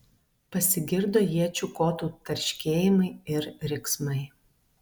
pasigirdo iečių kotų tarškėjimai ir riksmai